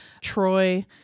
Troy